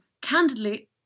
candidly